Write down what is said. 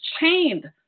chained